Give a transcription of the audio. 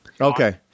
Okay